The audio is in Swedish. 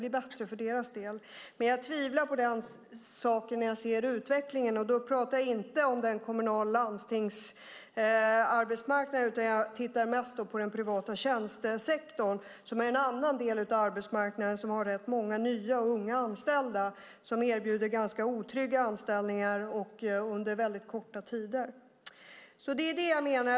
Men jag tvivlar på den saken när jag ser utvecklingen. Då pratar jag inte om den kommunala arbetsmarknaden och landstingsarbetsmarknaden, utan jag tittar mest på den privata tjänstesektorn, som är en annan del av arbetsmarknaden som har rätt många nya och unga anställda och som erbjuder ganska otrygga anställningar under väldigt korta tider. Det är det jag menar.